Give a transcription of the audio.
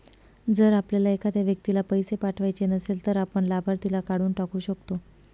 जर आपल्याला एखाद्या व्यक्तीला पैसे पाठवायचे नसेल, तर आपण लाभार्थीला काढून टाकू शकतो